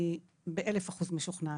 אני משוכנעת באלף אחוז.